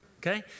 Okay